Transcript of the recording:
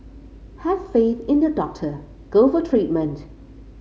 have faith in your doctor go for treatment